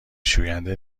شوینده